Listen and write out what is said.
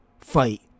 Fight